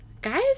Guys